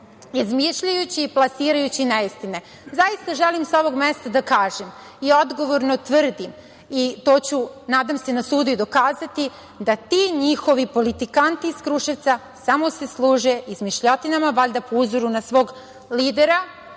izmišljajući i plasirajući neistine. Zaista želim sa ovog mesta da kažem i odgovorno tvrdim i to ću nadam se na sudu i dokazati, da ti njihovi politikanti iz Kruševca samo se služe izmišljotinama, valjda po uzoru na svog lidera,